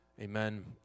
Amen